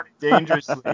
Dangerously